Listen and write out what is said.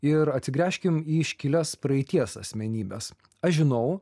ir atsigręžkim į iškilias praeities asmenybes aš žinau